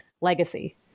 legacy